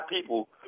people